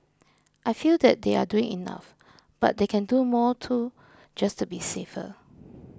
I feel that they are doing enough but they can do more too just to be safer